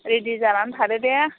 ready जानानै थादो दे